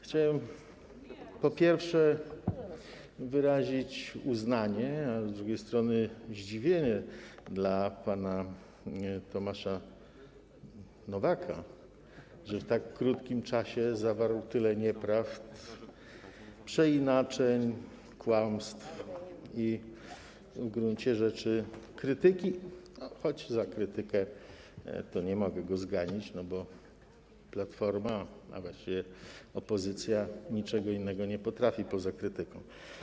Chciałem, po pierwsze, wyrazić uznanie - a z drugiej strony zdziwienie - dla pana Tomasza Nowaka, że w tak krótkim czasie zawarł tyle nieprawd, przeinaczeń, kłamstw i w gruncie rzeczy krytyki, choć za krytykę nie mogę go zganić, bo Platforma, a właściwie opozycja niczego innego nie potrafi poza krytyką.